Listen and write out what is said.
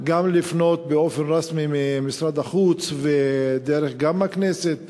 גם לפנות באופן רשמי ממשרד החוץ וגם דרך הכנסת